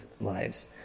lives